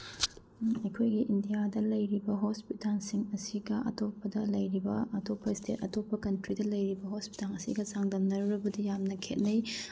ꯑꯩꯈꯣꯏꯒꯤ ꯏꯟꯗꯤꯌꯥꯗ ꯂꯩꯔꯤꯕ ꯍꯣꯁꯄꯤꯇꯥꯟꯁꯤꯡ ꯑꯁꯤꯒ ꯑꯇꯣꯞꯄꯗ ꯂꯩꯔꯤꯕ ꯑꯇꯣꯞꯄ ꯏꯁꯇꯦꯠ ꯑꯇꯣꯞꯄ ꯀꯟꯇ꯭ꯔꯤꯗ ꯂꯩꯔꯤꯕ ꯍꯣꯁꯄꯤꯇꯥꯟ ꯑꯁꯤꯒ ꯆꯥꯡꯗꯝꯅꯔꯨꯔꯕꯗꯤ ꯌꯥꯝꯅ ꯈꯦꯠꯅꯩ